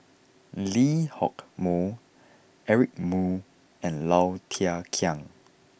Lee Hock Moh Eric Moo and Low Thia Khiang